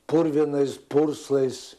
purvinais purslais